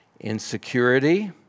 insecurity